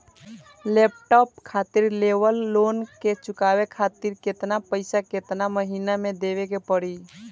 Laptop खातिर लेवल loan के चुकावे खातिर केतना पैसा केतना महिना मे देवे के पड़ी?